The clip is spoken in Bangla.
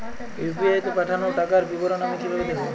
ইউ.পি.আই তে পাঠানো টাকার বিবরণ আমি কিভাবে দেখবো?